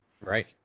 Right